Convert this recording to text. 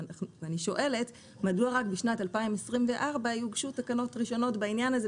ואני שואלת: מדוע רק בשנת 2024 יוגשו תקנות ראשונות בעניין הזה,